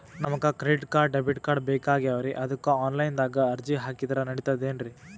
ನಮಗ credit card, debit card ಬೇಕಾಗ್ಯಾವ್ರೀ ಅದಕ್ಕ ಆನಲೈನದಾಗ ಅರ್ಜಿ ಹಾಕಿದ್ರ ನಡಿತದೇನ್ರಿ?